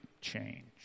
change